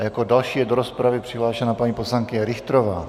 Jako další je do rozpravy přihlášena paní poslankyně Richterová.